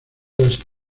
las